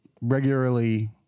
regularly